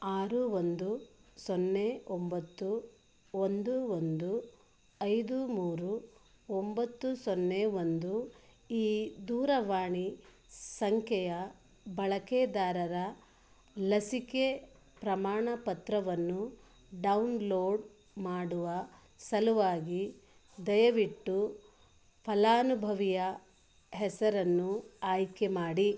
ಆರು ಒಂದು ಸೊನ್ನೆ ಒಂಬತ್ತು ಒಂದು ಒಂದು ಐದು ಮೂರು ಒಂಬತ್ತು ಸೊನ್ನೆ ಒಂದು ಈ ದೂರವಾಣಿ ಸಂಖ್ಯೆಯ ಬಳಕೆದಾರರ ಲಸಿಕೆ ಪ್ರಮಾಣಪತ್ರವನ್ನು ಡೌನ್ಲೋಡ್ ಮಾಡುವ ಸಲುವಾಗಿ ದಯವಿಟ್ಟು ಫಲಾನುಭವಿಯ ಹೆಸರನ್ನು ಆಯ್ಕೆ ಮಾಡಿ